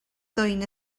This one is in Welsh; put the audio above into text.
ddwyn